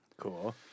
Cool